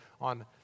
on